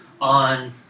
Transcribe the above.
on